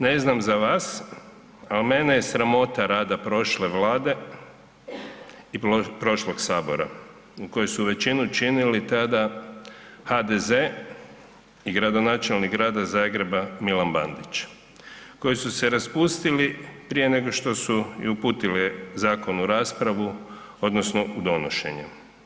Ne znam za vas, ali mene je sramota rada prošle Vlade i prošlog Sabora koje su većinu činili tada HDZ i gradonačelnik Grada Zagreba Milan Bandić koji su se raspustili prije nego su uputili zakon u raspravu odnosno u donošenje.